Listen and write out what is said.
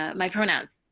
um my pronouns.